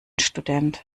student